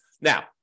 Now